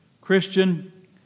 Christian